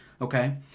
okay